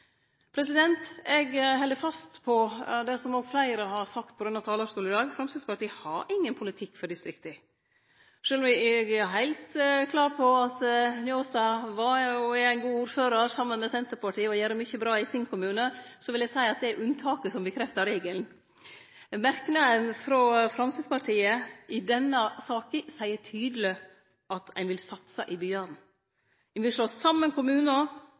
Eg held fast på det som òg fleire har sagt frå denne talarstolen i dag: Framstegspartiet har ingen politikk for distrikta. Sjølv om eg er heilt klar på at representanten Njåstad var og er ein god ordførar, som saman med Senterpartiet gjer mykje bra i sin kommune, vil eg seie at det er unntaket som bekreftar regelen. Merknaden frå Framstegspartiet i denne saka seier tydeleg at ein vil satse i byane. Ein vil slå saman kommunar,